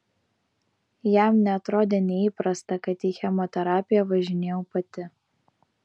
jam neatrodė neįprasta kad į chemoterapiją važinėjau pati